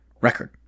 record